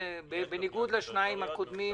בניגוד לשניים הקודמים.